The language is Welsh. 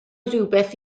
rhywbeth